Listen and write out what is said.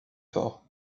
fort